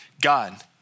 God